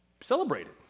celebrated